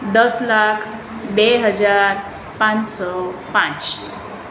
દસ લાખ બે હજાર પાનસો પાંચ